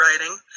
writing